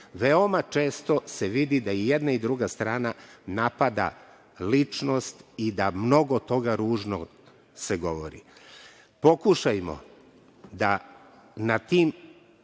veoma često se vidi da i jedna i druga strana napada ličnost i da mnogo toga ružnog se govori. Pokušajmo da na tim